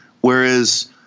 whereas